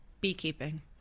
beekeeping